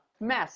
mess